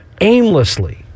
aimlessly